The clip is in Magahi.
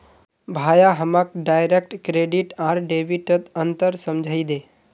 भाया हमाक डायरेक्ट क्रेडिट आर डेबिटत अंतर समझइ दे